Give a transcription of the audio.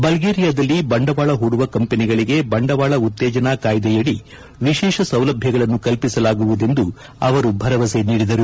ಬಲ್ಗೇರಿಯಾದಲ್ಲಿ ಬಂಡವಾಳ ಪೂಡುವ ಕಂಪನಿಗಳಿಗೆ ಬಂಡವಾಳ ಉತ್ತೇಜನಾ ಕಾಯ್ದೆಯಡಿ ವಿಶೇಷ ಸೌಲಭ್ಧಗಳನ್ನು ಕಲ್ಪಿಸಲಾಗುವುದೆಂದು ಅವರು ಭರಮಸೆ ನೀಡಿದರು